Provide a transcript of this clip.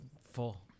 full